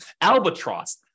Albatross